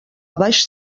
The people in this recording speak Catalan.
baix